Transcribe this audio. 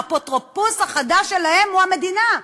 האפוטרופוס החדש שלהם הוא המדינה.